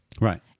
Right